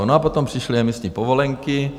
No a potom přišly emisní povolenky.